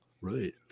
right